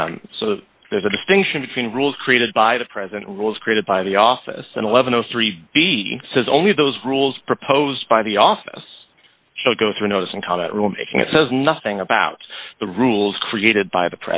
there's a distinction between rules created by the present rules created by the office and eleven o three b says only those rules proposed by the office shall go through notice and comment rule making it says nothing about the rules created by the